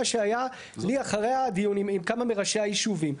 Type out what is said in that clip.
שהייתה לי אחרי הדיונים עם כמה מראשי הישובים.